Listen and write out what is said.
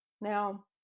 Now